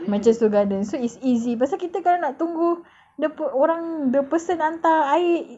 macam Seoul Garden so it's easy pasal kita kalau nak tunggu dia orang the person hantar air